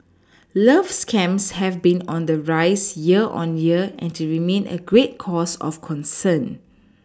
love scams have been on the rise year on year and they remain a great cause of concern